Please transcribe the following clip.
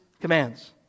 commands